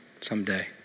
someday